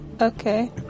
Okay